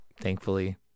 Thankfully